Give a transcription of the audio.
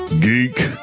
Geek